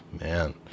Man